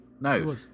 No